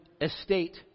estate